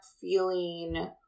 feeling